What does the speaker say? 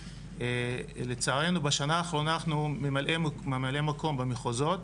לצערנו בשנה האחרונה אנחנו ממלאי מקום במחוזות,